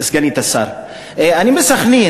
סגנית השר, אני מסח'נין.